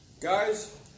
Guys